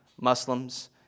Muslims